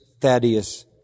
Thaddeus